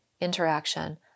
interaction